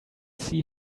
see